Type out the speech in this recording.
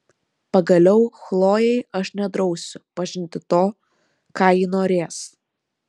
pagaliau chlojei aš nedrausiu pažinti to ką ji norės